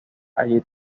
allí